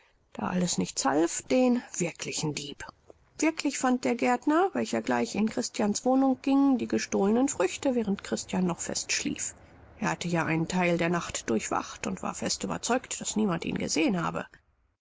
da alles nichts half den wirklichen dieb wirklich fand der gärtner welcher gleich in christians wohnung ging die gestohlenen früchte während christian noch fest schlief er hatte ja einen theil der nacht durchwacht und war fest überzeugt daß niemand ihn gesehen habe